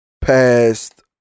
past